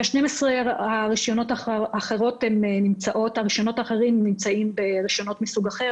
12 הרישיונות האחרים הם רישיונות מסוג אחר,